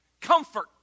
Comfort